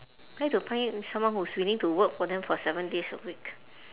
where to find someone who's willing to work for them for seven days a week